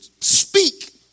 speak